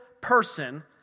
person